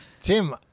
Tim